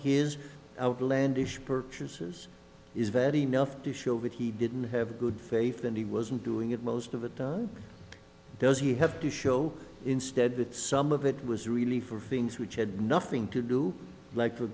his outlandish purchases is very nuff to show that he didn't have a good faith and he wasn't doing it most of it does he have to show instead that some of it was really for things which had nothing to do like a